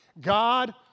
God